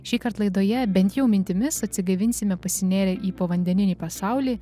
šįkart laidoje bent jau mintimis atsigaivinsime pasinėrę į povandeninį pasaulį